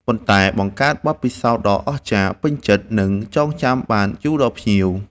ប៉ុន្តែបង្កើតបទពិសោធន៍ដ៏អស្ចារ្យ ពេញចិត្ត និងចងចាំបានយូរដល់ភ្ញៀវ។